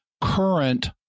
current